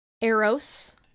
eros